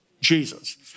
Jesus